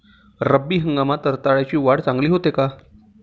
रब्बी हंगामात रताळ्याची वाढ चांगली होते का?